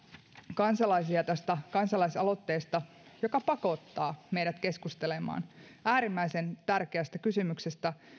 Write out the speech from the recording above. kansalaisia tästä kansalaisaloitteesta joka pakottaa meidät keskustelemaan äärimmäisen tärkeästä kysymyksestä